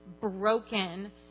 broken